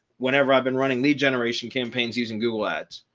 whenever i've been running lead generation campaigns using google ads.